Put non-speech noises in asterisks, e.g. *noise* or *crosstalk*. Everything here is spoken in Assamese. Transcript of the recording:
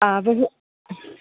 অ' *unintelligible*